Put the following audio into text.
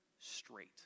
straight